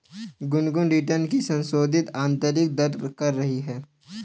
Gungun return की संशोधित आंतरिक दर कर रही है